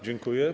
Dziękuję.